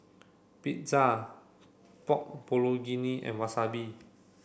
Pizza Pork Bulgogi and Wasabi